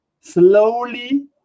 slowly